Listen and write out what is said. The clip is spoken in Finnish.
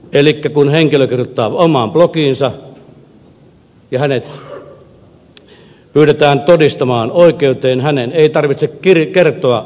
elikkä kun henkilö kirjoittaa omaan blogiinsa ja hänet pyydetään todistamaan oikeuteen hänen ei tarvitse kertoa